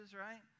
right